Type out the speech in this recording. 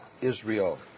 Israel